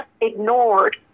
ignored